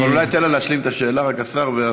אבל אולי תן לה להשלים את השאלה, השר.